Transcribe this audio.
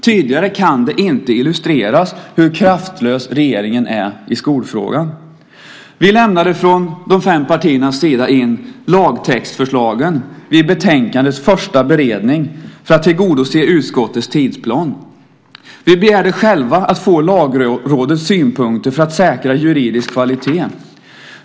Tydligare kan det inte illustreras hur kraftlös regeringen är i skolfrågan. Vi lämnade från de fem partiernas sida in lagtextförslagen vid betänkandets första beredning för att tillgodose utskottets tidsplan. Vi begärde själva att få Lagrådets synpunkter för att säkra juridisk kvalitet.